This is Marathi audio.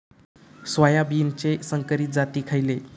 सोयाबीनचे संकरित जाती खयले?